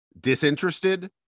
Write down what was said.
disinterested